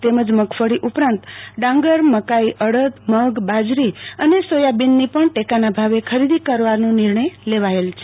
તેમજ મગફળી ઉપરાંત ડાંગર મકાઈઅડદ મગ બાજરી અને સોથાબીનની પણ ટેકાના ભાવે ખરીદી કરવાનો નિર્ણય લેવાયેલ છે